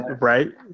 Right